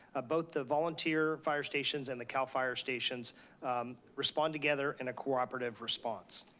both the volunteer fire stations and the cal fire stations respond together in a cooperative response.